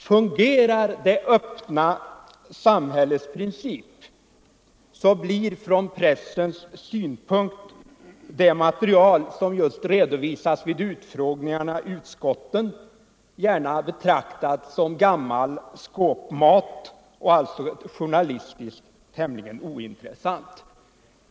Om det öppna samhällets princip fungerar, blir från pressens synpunkt sett det material som redovisas vid utfrågningarna i utskotten gärna betraktat som gammal skåpmat och alltså journalistiskt tämligen ointressant.